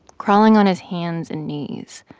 crawling on his hands and knees.